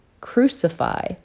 crucify